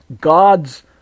God's